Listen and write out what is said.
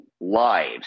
lives